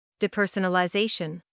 depersonalization